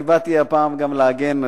אני באתי הפעם גם להגן,